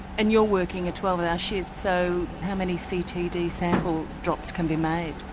and you're working a twelve hour shift, so how many ctd sample drops can be made?